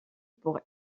pour